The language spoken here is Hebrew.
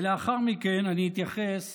לאחר מכן אני אתייחס